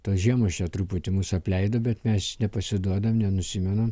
tos žiemos čia truputį mus apleido bet mes nepasiduodam nenusimenam